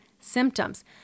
symptoms